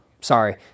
sorry